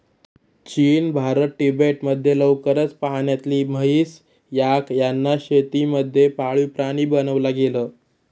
चीन, भारत, तिबेट मध्ये लवकरच पाण्यातली म्हैस, याक यांना शेती मध्ये पाळीव प्राणी बनवला गेल